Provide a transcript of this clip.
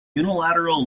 unilateral